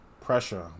pressure